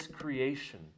creation